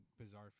bizarre